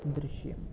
ദൃശ്യം